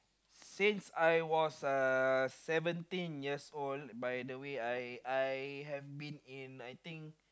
since I was uh seventeen years old by the way I I have been in I think